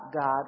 God